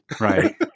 Right